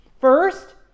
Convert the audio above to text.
First